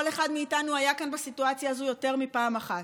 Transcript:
כל אחד מאיתנו היה כאן בסיטואציה הזו יותר מפעם אחת.